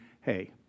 hey